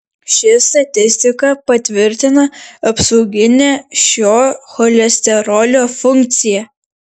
ši statistika patvirtina apsauginę šio cholesterolio funkciją